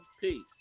Peace